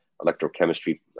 electrochemistry